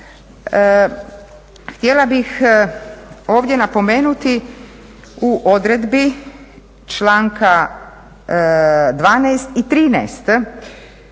Htjela bih ovdje napomenuti u odredbi članka 12. i 13.